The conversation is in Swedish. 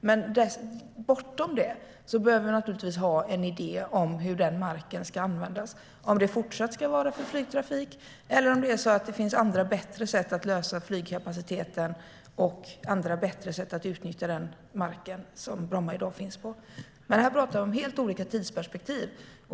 Men bortom det behöver vi ha en idé om hur marken ska användas, om det ska fortsätta vara flygtrafik eller om det finns andra, bättre sätt att lösa flygkapaciteten och andra, bättre sätt att utnyttja marken som Bromma ligger på i dag. Här talar vi om helt olika tidsperspektiv.